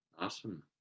Awesome